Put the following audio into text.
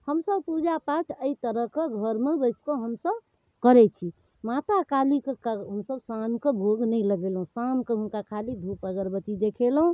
हमसभ पूजापाठ एहि तरहके घरमे बैसिकऽ हमसभ करै छी माता कालीके हमसभ शामके भोग नहि लगेलहुँ शामके हुनका खाली धूप अगरबत्ती देखेलहुँ